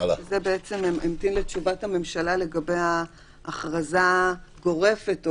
זה המתין לתשובת הממשלה לגבי הכרזה גורפת.